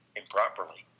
improperly